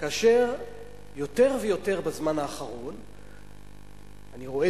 כאשר יותר ויותר בזמן האחרון אני רואה